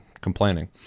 complaining